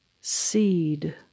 seed